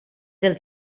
del